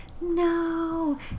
no